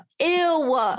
Ew